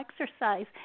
exercise